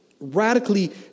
Radically